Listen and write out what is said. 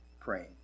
praying